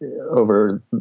over